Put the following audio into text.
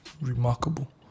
remarkable